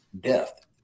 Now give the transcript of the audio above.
death